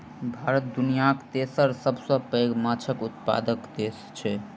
भारत दुनियाक तेसर सबसे पैघ माछक उत्पादक देस छै